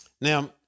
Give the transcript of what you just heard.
Now